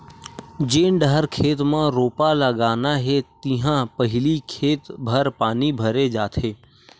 जेन डहर खेत म रोपा लगाना हे तिहा पहिली खेत भर पानी भरे जाथे